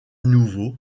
nouveau